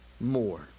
more